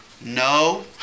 No